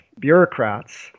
bureaucrats